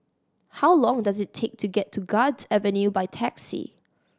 how long does it take to get to Guards Avenue by taxi